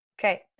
Okay